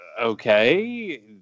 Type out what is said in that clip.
okay